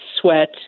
sweat